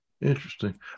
Interesting